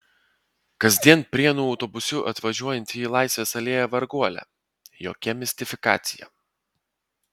kasdien prienų autobusu atvažiuojanti į laisvės alėją varguolė jokia mistifikacija